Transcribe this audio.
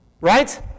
Right